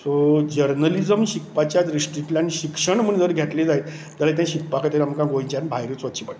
so journalism शिकपाच्या दृश्टींतल्यान शिक्षण म्हण जर घेतले जायत जाल्यार तें शिकपा खातीर आमकां गोंयच्यान भायरूच वचचें पडटा